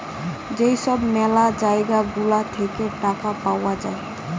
যেই সব ম্যালা জায়গা গুলা থাকে টাকা পাওয়া যায়